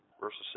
Verses